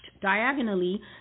diagonally